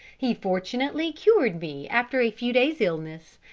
he fortunately cured me after a few days' illness,